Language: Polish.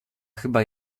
chyba